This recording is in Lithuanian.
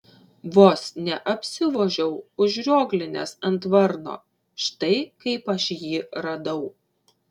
vos neapsivožiau užrioglinęs ant varno štai kaip aš jį radau